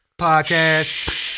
podcast